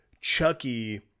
chucky